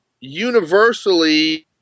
universally